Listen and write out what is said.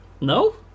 no